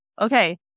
Okay